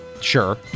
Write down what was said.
Sure